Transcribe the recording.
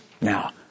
Now